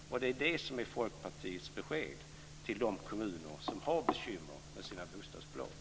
Det är alltså detta som är Folkpartiets besked till de kommuner som har bekymmer med sina bostadsbolag.